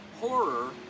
Horror